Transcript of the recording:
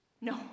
No